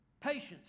Patience